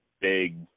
big